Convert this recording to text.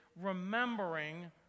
remembering